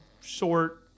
short